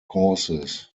courses